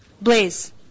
blaze